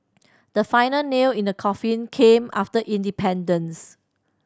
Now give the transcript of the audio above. the final nail in the coffin came after independence